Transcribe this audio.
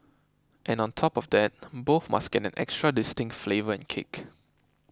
and on top of that both must get an extra distinct flavour and kick